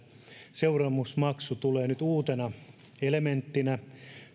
seuraamusmaksu tulee nyt uutena elementtinä